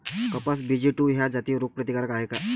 कपास BG two ह्या जाती रोग प्रतिकारक हाये का?